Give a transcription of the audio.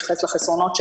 לחסרונות,